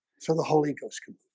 so the holy ghost can